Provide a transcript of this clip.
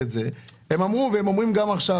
הם אמרו והם אומרים גם עכשיו